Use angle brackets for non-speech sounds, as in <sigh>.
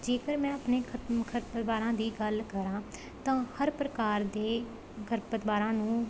ਜੇਕਰ ਮੈਂ ਆਪਣੇ <unintelligible> ਪਰਿਵਾਰਾਂ ਦੀ ਗੱਲ ਕਰਾਂ ਤਾਂ ਹਰ ਪ੍ਰਕਾਰ ਦੇ ਘਰ ਪਰਿਵਾਰਾਂ ਨੂੰ